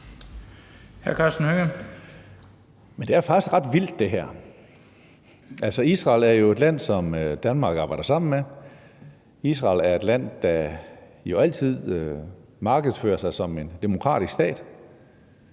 Men det her er faktisk ret vildt. Altså, Israel er jo et land, som Danmark arbejder sammen med. Israel er et land, der jo altid markedsfører sig som en demokratisk stat,